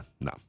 no